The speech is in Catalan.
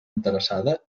interessada